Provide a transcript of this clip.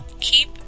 Keep